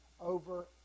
over